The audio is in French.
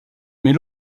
mais